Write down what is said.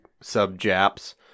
sub-Japs